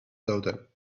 daughter